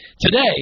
today